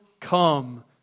come